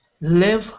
live